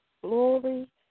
Glory